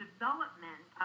development